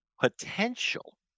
potential